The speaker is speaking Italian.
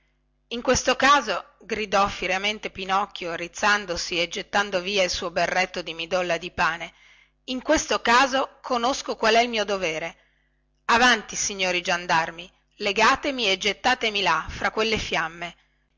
in questo caso gridò fieramente pinocchio rizzandosi e gettando via il suo berretto di midolla di pane in questo caso conosco qual è il mio dovere avanti signori giandarmi legatemi e gettatemi là fra quelle fiamme